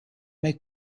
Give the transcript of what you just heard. make